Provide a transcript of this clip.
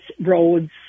roads